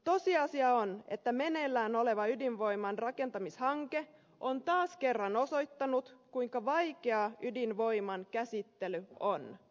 tosiasia on että meneillään oleva ydinvoiman rakentamishanke on taas kerran osoittanut kuinka vaikeaa ydinvoiman käsittely on